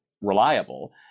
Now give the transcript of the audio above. reliable